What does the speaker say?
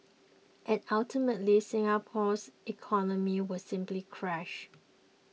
and ultimately Singapore's economy will simply crash